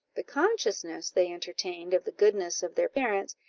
the consciousness they entertained of the goodness of their parents,